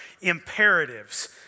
imperatives